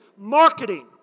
marketing